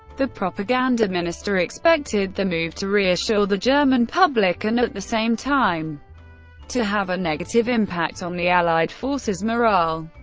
the propaganda minister expected the move to reassure the german public and at the same time to have a negative impact on the allied forces' morale.